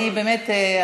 באמת,